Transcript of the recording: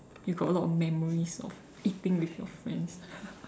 you got a lot memories of eating with your friends